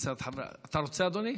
אתה רוצה, אדוני?